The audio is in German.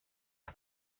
auf